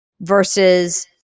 versus